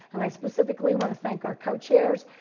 and i specifically want to thank our cochairs.